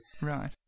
right